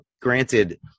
granted